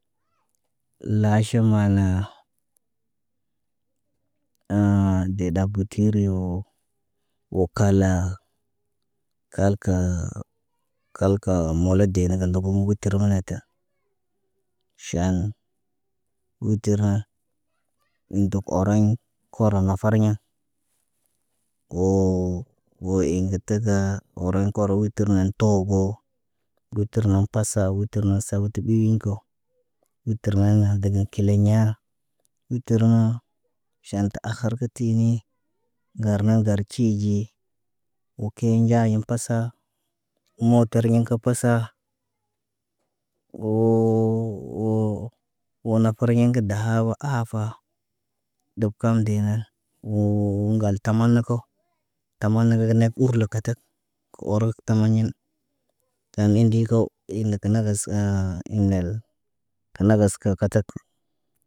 Laaʃim mana aa ee ɗa butiri woo wo kal- laa kalkəə kalkəə molodi dee na ga dogo mugu termanata. Ʃaan, hutir haŋg in dok oroɲ koro nafariɲa woo woo iŋg ə tadaa woraŋg kolo witir na tooboo. Witir na pasa wut wutərna saba ta ɓiiwin ko. Witir na na degen kileɲaa Witir naa, ʃn tə akhar kitinii. Ŋgar na ŋgar tiiɟii wokey nɟaayin pasa. Mootariɲin kə pasa. Woo, woo wo napriɲa kə daaba aafa. Deb kam deena woo, woo ŋgal taman na kaw. Taman na ka tar urla katak. Kə oorək tamaɲin taan hin ndii kow. Iine kə nagas kaa indela. Kə naga kə katakə.